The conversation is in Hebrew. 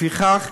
לפיכך,